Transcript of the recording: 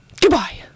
Goodbye